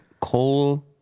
Coal